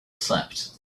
slept